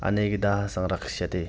अनेकदाः संरक्षते